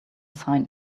sign